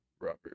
Robert